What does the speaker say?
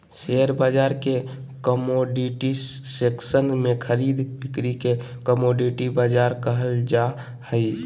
share बाजार के commodity section में खरीद बिक्री के कमोडिटी बाजार कहल जा हइ